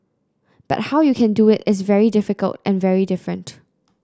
but how you can do it is very difficult and very different